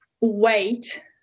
wait